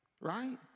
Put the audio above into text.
Right